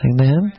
Amen